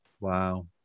Wow